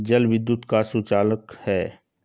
जल विद्युत का सुचालक है